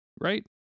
right